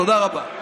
תודה רבה.